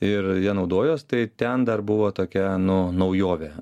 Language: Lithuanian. ir ja naudojuos tai ten dar buvo tokia nu naujovė